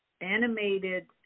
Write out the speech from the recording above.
animated